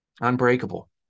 Unbreakable